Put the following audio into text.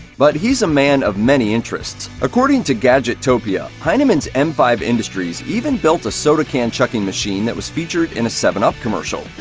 but he's a man of many interests. according to gadgetopia, hyneman's m five industries even built a soda can-chucking machine that was featured in a seven up commercial.